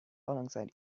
alongside